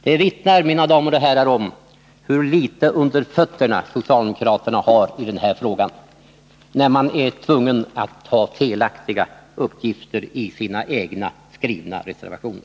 — Detta vittnar, mina damer och herrar, om hur litet socialdemokraterna har på fötterna i den här frågan när de är tvungna att ge felaktiga uppgifter i sina egna skrivna reservationer.